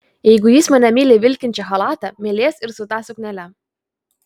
jeigu jis mane myli vilkinčią chalatą mylės ir su ta suknele